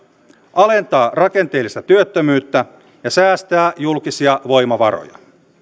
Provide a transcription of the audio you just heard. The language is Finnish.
alentaa rakenteellista työttömyyttä ja säästää julkisia voimavaroja